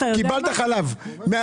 לא שילמתי על החלב, לא